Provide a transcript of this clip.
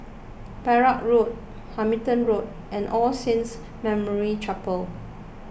Perak Road Hamilton Road and All Saints Memorial Chapel